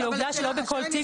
כי עובדה שלא בכל תיק,